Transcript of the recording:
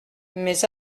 mais